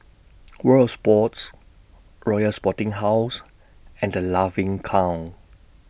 World of Sports Royal Sporting House and The Laughing Cow